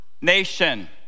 Nation